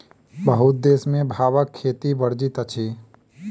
बहुत देश में भांगक खेती वर्जित अछि